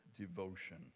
devotion